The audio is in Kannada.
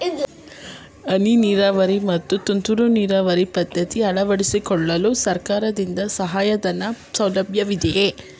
ಹನಿ ನೀರಾವರಿ ಮತ್ತು ತುಂತುರು ನೀರಾವರಿ ಪದ್ಧತಿ ಅಳವಡಿಸಿಕೊಳ್ಳಲು ಸರ್ಕಾರದಿಂದ ಸಹಾಯಧನದ ಸೌಲಭ್ಯವಿದೆಯೇ?